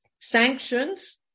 sanctions